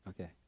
Okay